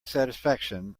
satisfaction